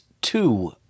two